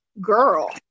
girl